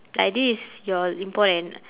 like this is your import and